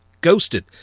ghosted